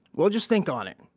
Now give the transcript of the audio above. we'll just think on it.